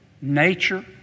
Nature